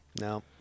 No